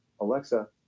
Alexa